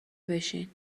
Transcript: بشین